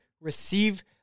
receive